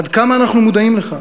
עד כמה אנחנו מודעים לכך?